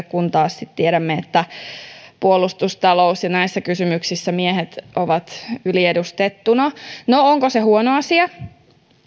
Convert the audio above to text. kun taas sitten tiedämme että puolustus talous ja näissä kysymyksissä miehet ovat yliedustettuina no onko se huono asia